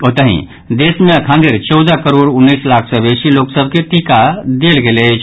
ओतहि देश मे अखन धरि चौदह करोड़ उन्नैस लाख सँ बेसी लोक सभ के टीका देल गेल अछि